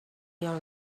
your